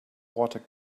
water